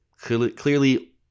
clearly